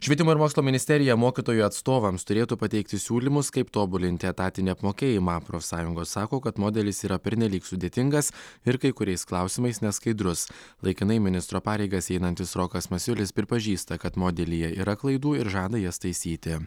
švietimo ir mokslo ministerija mokytojų atstovams turėtų pateikti siūlymus kaip tobulinti etatinį apmokėjimą profsąjungos sako kad modelis yra pernelyg sudėtingas ir kai kuriais klausimais neskaidrus laikinai ministro pareigas einantis rokas masiulis pripažįsta kad modelyje yra klaidų ir žada jas taisyti